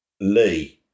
Lee